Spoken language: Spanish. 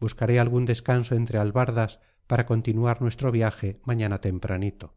buscaré algún descanso entre albardas para continuar nuestro viaje mañana tempranito